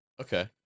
Okay